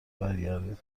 برگردیم